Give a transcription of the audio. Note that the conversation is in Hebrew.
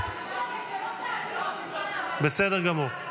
בסדר גמור.